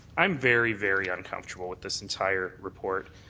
i'm very, very uncomfortable with this entire report,